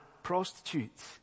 prostitutes